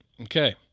Okay